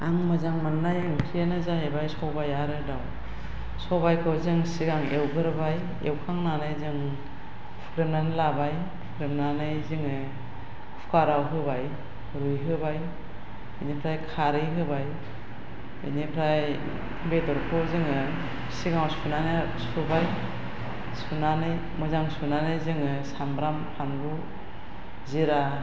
आं मोजां मोन्नाय ओंख्रियानो जाहैबाय सबाय आरो दाउ सबायखौ जों सिगां एउग्रोबाय एउखांनानै जों खुख्रेमन्नानै लाबाय खुख्रेमन्नानै जोङो कुकाराव होबाय रुहोबाय बेनिफ्राय खारै होबाय बेनिफ्राय बेदरखौ जोंङो सिगांआव सुबाय सुनानै मोजां सुनानै जोंङो सामब्राम फानलु जिरा